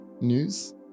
News